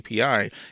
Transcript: API